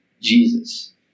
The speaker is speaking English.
Jesus